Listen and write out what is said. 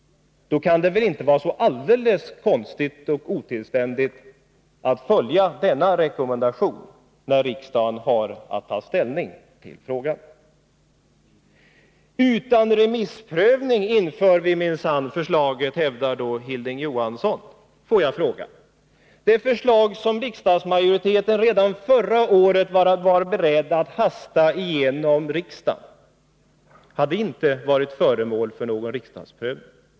Då kan det väl inte vara så konstigt och otillständigt att följa den rekommendationen när riksdagen har att ta ställning till frågan? Ett nytt lagförslag införs utan remissprövning, hävdar Hilding Johansson. Låt mig säga: Det förslag som riksdagsmajoriteten redan förra året var beredd att snabbt driva igenom i riksdagen hade inte varit föremål för remissprövning.